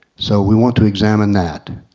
so we want to examine that.